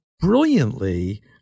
brilliantly